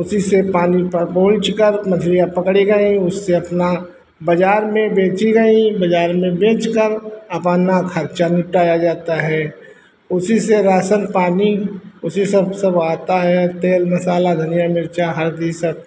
उसी से पानी उलीचकर मछलियाँ पकड़ी गईं उससे अपना बाज़ार में बेची गई बाज़ार में बेचकर अपना खर्चा निपटाया जाता है उसी से राशन पानी उसी से सब आता है तेल मसाला धनिया मिर्च हल्दी सब